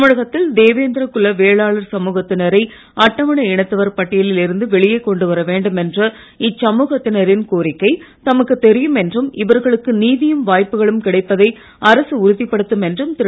தமிழகத்தில் தேவேந்திர குல வேளாளர் சமூத்தினரை அட்டவணை இனத்தவர் பட்டியலில் இருந்து வெளியே கொண்டுவர வேண்டுமென்ற இச்சமூகத்தினரின் கோரிக்கை தமக்கு தெரியும் என்றும் இவர்களுக்கு நீதியும் வாய்ப்புக்களும் கிடைப்பதை அரசு உறுதிப்படுத்தும் என்றும் திரு